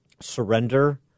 surrender